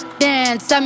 dance